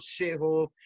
shithole